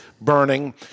burning